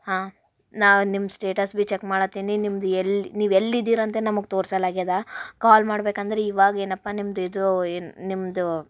ಹಾಂ ನಾವು ನಿಮ್ಮ ಸ್ಟೇಟಸ್ ಭಿ ಚೆಕ್ ಮಾಡತ್ತೀನಿ ನಿಮ್ದು ಎಲ್ಲಿ ನೀವು ಎಲ್ಲಿ ಇದ್ದೀರಂತೆ ನಮಗೆ ತೋರಿಸಲ್ಲಾಗ್ಯದ ಕಾಲ್ ಮಾಡಬೇಕಂದ್ರೆ ಇವಾಗ ಏನಪ್ಪ ನಿಮ್ದು ಇದು ಏನು ನಿಮ್ಮದು